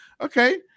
okay